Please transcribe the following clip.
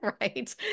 right